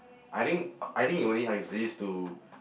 I think I think it only exist to